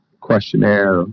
questionnaire